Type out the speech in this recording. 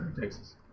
Texas